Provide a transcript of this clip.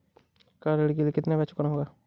Car ऋण के लिए कितना ब्याज चुकाना होगा?